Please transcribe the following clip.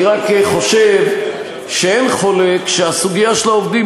אני רק חושב שאין חולק שהסוגיה של העובדים